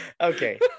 Okay